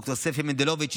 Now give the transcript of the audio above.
לד"ר ספי מנדלוביץ',